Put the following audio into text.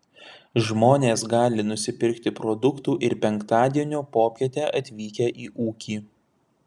žmonės gali nusipirkti produktų ir penktadienio popietę atvykę į ūkį